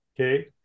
okay